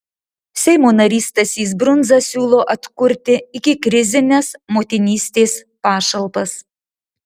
seimo narys stasys brundza siūlo atkurti ikikrizines motinystės pašalpas